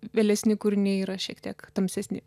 vėlesni kūriniai yra šiek tiek tamsesni